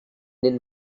den